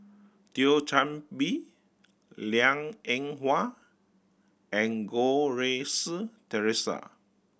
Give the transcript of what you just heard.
Thio Chan Bee Liang Eng Hwa and Goh Rui Si Theresa